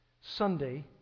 Sunday